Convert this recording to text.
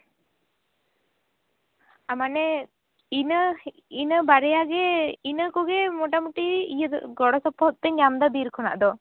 ᱢᱟᱱᱮ ᱤᱱᱟᱹ ᱤᱱᱟᱹ ᱵᱟᱨᱭᱟ ᱜᱮ ᱤᱱᱟᱹ ᱠᱚᱜᱮ ᱢᱚᱴᱟᱢᱩᱴᱤ ᱤᱭᱟᱹᱫᱚ ᱜᱚᱲᱚ ᱥᱚᱯᱚᱦᱚᱫ ᱫᱚ ᱧᱟᱢᱫᱟ ᱵᱤᱨ ᱠᱷᱚᱱᱟᱜ ᱫᱚ